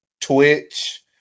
Twitch